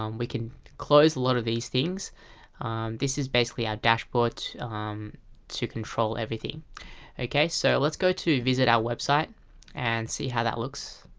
um we can close a lot of these things this is basically our dashboard to control everything okay, so let's go to visit our website and see how that looks